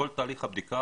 כל תהליך הבדיקה